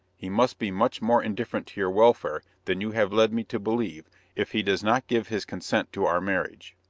he must be much more indifferent to your welfare than you have led me to believe if he does not give his consent to our marriage.